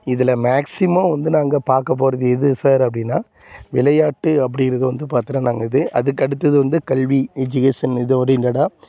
இதில் மேக்ஸிமம் வந்து நாங்கள் பார்க்கப் போகிறது எது சார் அப்படின்னா விளையாட்டு அப்படிங்கறது வந்து பார்த்தினா நாங்கள் இது அதுக்கு அடுத்தது வந்து கல்வி எஜுகேஷன் இது ஓரியன்டடாக